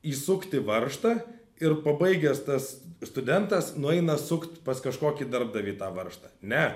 įsukti varžtą ir pabaigęs tas studentas nueina sukt pas kažkokį darbdavį tą varžtą ne